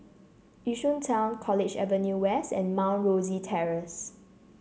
Yishun Town College Avenue West and Mount Rosie Terrace